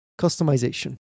Customization